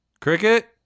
Cricket